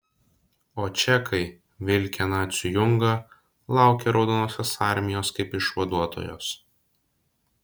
o čekai vilkę nacių jungą laukė raudonosios armijos kaip išvaduotojos